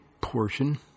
portion